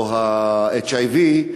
או ה-HIV,